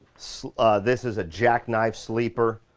so ah this is a jack-knife sleeper,